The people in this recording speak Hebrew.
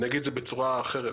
אני אגיד את זה בצורה אחרת,